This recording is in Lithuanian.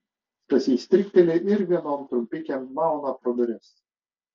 stasys strikteli ir vienom trumpikėm mauna pro duris